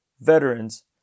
veterans